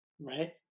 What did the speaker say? right